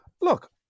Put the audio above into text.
Look